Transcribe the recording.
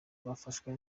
bafashwa